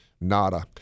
Nada